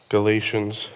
Galatians